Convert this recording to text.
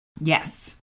Yes